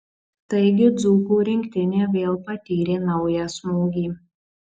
taigi dzūkų rinktinė vėl patyrė naują smūgį